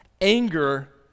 anger